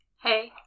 Hey